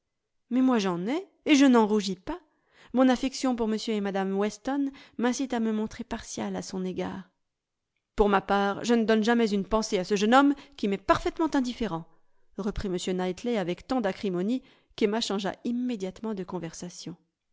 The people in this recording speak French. mais moi j'en ai et je n'en rougis pas mon affection pour m et mme weston m'incite à me montrer partiale à son égard pour ma part je ne donne jamais une pensée à ce jeune homme qui m'est parfaitement indifférent reprit m knightley avec tant d'acrimonie qu'emma changea immédiatement de conversation